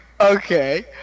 Okay